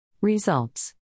Results